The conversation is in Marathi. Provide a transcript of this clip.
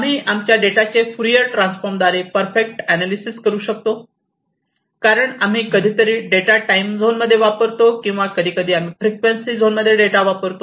आम्ही आमच्या डेटाचे फुरियर ट्रान्सफॉर्मद्वारे परफेक्ट अनालिसेस करू शकतो कारण आम्ही कधीकधी डेटा टाइम झोनमध्ये वापरतो किंवा कधीकधी आम्ही फ्रिक्वेन्सी झोनमध्ये डेटा वापरतो